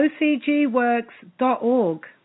ocgworks.org